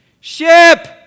ship